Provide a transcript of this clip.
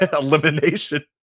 elimination